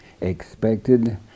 expected